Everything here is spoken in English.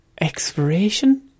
Expiration